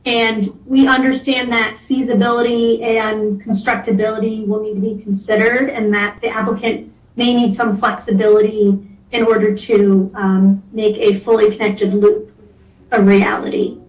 and we understand that feasibility and constructability will need to be considered and that the applicant may need some flexibility in order to make a fully connection with a reality.